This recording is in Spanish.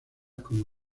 como